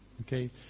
Okay